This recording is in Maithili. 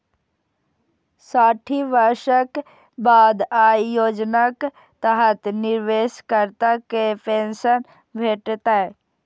साठि वर्षक बाद अय योजनाक तहत निवेशकर्ता कें पेंशन भेटतै